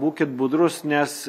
būkit budrūs nes